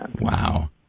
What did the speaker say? Wow